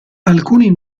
alcuni